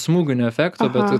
smūginio efekto bet